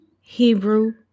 Hebrew